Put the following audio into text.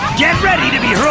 get ready to be hurled